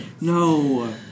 No